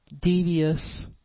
devious